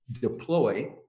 deploy